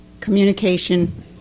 Communication